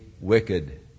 wicked